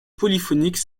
polyphonique